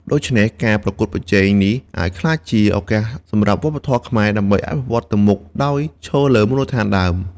ដូច្នេះ ការប្រកួតប្រជែងនេះអាចក្លាយជាឱកាសសម្រាប់វប្បធម៌ខ្មែរដើម្បីអភិវឌ្ឍទៅមុខដោយឈរលើមូលដ្ឋានដើម។